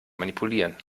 manipulieren